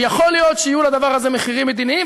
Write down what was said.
האפשרות שיהיו לדבר הזה מחירים מדיניים.